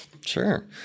Sure